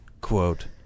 quote